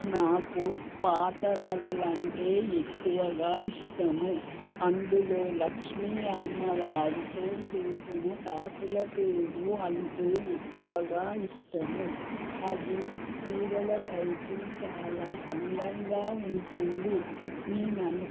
నాకు పాత నగలంటే ఎక్కువగా ఇష్టము అందులో లక్ష్మీ అమ్మవారుతో చేసిన కాసుల పేరు అంటే ఎక్కువగా ఇష్టము అది చీరలపైకి చాలా అందంగా ఉంటుంది నేను అను